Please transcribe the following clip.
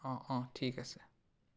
অঁ অঁ ঠিক আছে